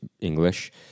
English